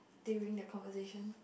during the conversation